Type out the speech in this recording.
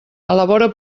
elabora